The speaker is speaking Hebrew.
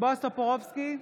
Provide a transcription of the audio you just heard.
בועז טופורובסקי,